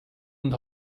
und